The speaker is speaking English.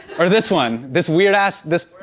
or this one? this weird ass. this